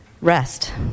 rest